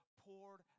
poured